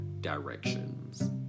directions